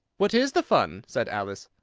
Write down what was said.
what is the fun? said alice.